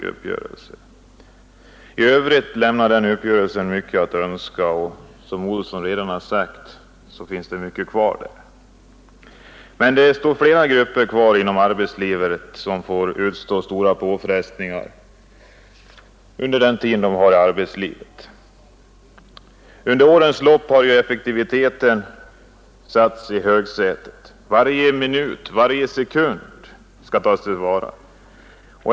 Den uppgörelsen läm nar emellertid mycket övrigt att önska, vilket herr Olsson i Stockholm också har fram hållit. Åtskilliga andra grupper inom arbetslivet får utstå stora påfrestningar. Under årens lopp har effektiviteten satts i högsätet. Varje minut, varje sekund skall tas till vara.